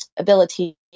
ability